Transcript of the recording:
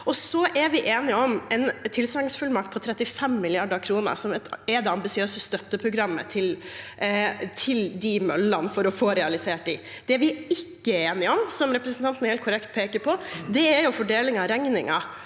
vi er enige om en tilsagnsfullmakt på 35 mrd. kr, som er det ambisiøse støtteprogrammet for å få realisert de møllene. Det vi ikke er enige om, som representanten helt korrekt peker på, er fordeling av regningen